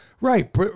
right